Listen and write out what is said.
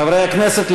חברי הכנסת,